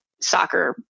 soccer